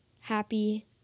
happy